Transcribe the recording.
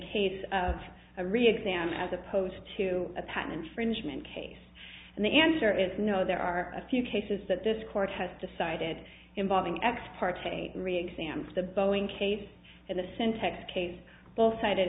case of a reexamine as opposed to a patent infringement case and the answer is no there are a few cases that this court has decided involving ex parte re exams the boeing case and the syntax case all cited